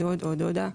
דוד או דודה,